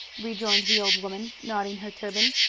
rejoined the old woman, nodding her turban.